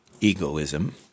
egoism